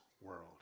world